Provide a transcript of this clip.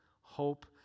hope